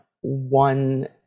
one